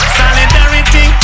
solidarity